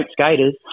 skaters